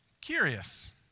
Curious